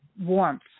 warmth